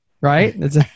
right